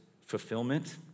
fulfillment